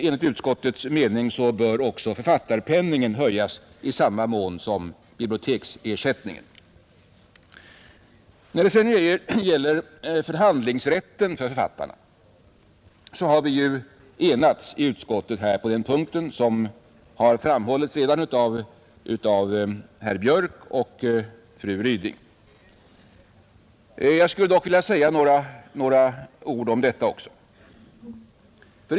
Enligt utskottets mening bör också författarpenningen höjas i samma mån som biblioteksersättningen. När det sedan gäller förhandlingsrätten för författarna har vi ju enats i utskottet, vilket redan har framhållits av herr Björk i Göteborg och fru Ryding. Jag skulle dock vilja säga några ord om detta också.